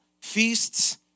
feasts